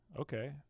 Okay